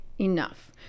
enough